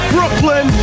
Brooklyn